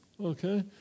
Okay